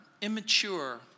immature